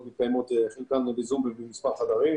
מתקיימות חלקן ב-זום ובמספר חדרים.